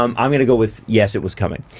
um i'm gonna go with yes, it was coming,